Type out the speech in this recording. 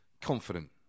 Confident